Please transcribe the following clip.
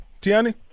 Tiani